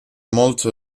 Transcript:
molto